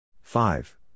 Five